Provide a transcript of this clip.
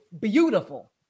beautiful